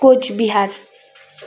Cooch Behar